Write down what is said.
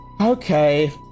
okay